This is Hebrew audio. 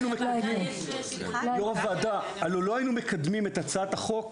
היינו מקדמים את הצעת החוק